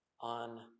on